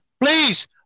Please